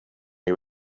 you